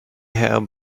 herr